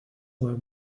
were